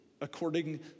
according